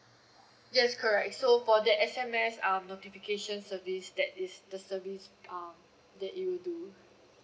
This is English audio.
yes correct so for that S_M_S um notifications service that is the service um that it will do